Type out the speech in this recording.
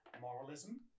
moralism